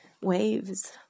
waves